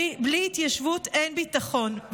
בלי התיישבות אין ביטחון,